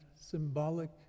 symbolic